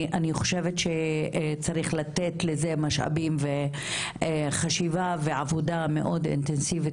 אני חושבת שצריך לתת לזה משאבים וחשיבה ועבודה מאוד אינטנסיבית